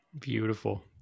Beautiful